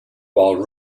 while